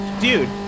Dude